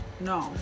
No